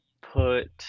put